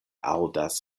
aŭdas